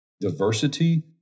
diversity